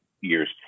years